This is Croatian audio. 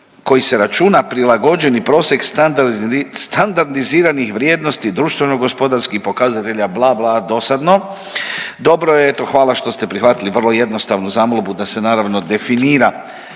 hvala što ste prihvatili vrlo jednostavnu zamolbu da se naravno definira